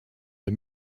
der